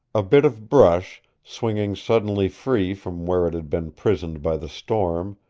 a bit of brush, swinging suddenly free from where it had been prisoned by the storm,